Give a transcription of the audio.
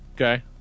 Okay